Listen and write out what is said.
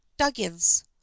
Duggins